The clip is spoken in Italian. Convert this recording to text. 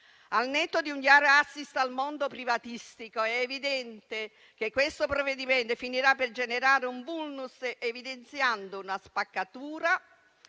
Al netto di un chiaro *assist* al mondo privatistico, è evidente che questo provvedimento finirà per generare un *vulnus,* evidenziando una spaccatura